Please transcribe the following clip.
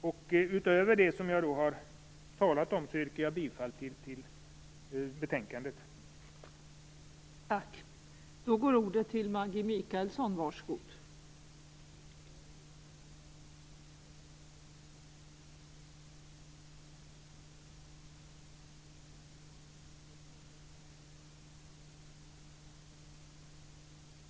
Jag yrkar bifall till utskottets hemställan, med undantag för de punkter som gäller de reservationer jag har talat om.